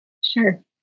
Sure